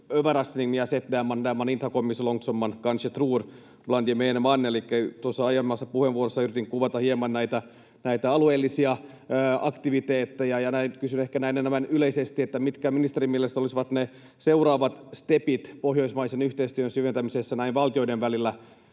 kanske tror bland gemene man? Elikkä aiemmassa puheenvuorossani yritin kuvata hieman näitä alueellisia aktiviteetteja, ja kysyn näin ehkä enemmän yleisesti, mitkä ministerin mielestä olisivat ne seuraavat stepit pohjoismaisen yhteistyön syventämisessä valtioiden välillä.